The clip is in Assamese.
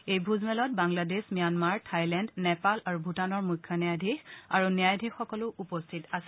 এই ভোজমেলত বাংলাদেশ ম্যানমাৰ থাইলেণ্ড নেপাল আৰু ভূটানৰ মুখ্য ন্যায়াধীশ আৰু ন্যায়াধীশসকলো উপস্থিত আছিল